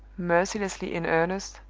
mercilessly in earnest,